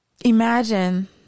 imagine